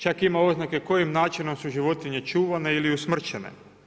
Čak ima oznaku kojim načinom su životinje čuvane ili usmrćene.